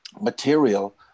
material